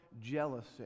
jealousy